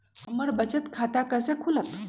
हमर बचत खाता कैसे खुलत?